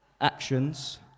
actions